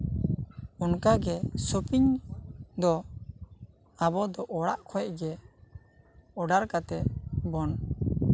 ᱚᱱᱠᱟᱜᱮ ᱥᱚᱯᱤᱝ ᱫᱚ ᱟᱵᱚ ᱫᱚ ᱚᱲᱟᱜ ᱠᱷᱚᱱ ᱜᱮ ᱚᱰᱟᱨ ᱠᱟᱛᱮ ᱵᱚᱱ